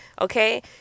okay